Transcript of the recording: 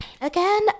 again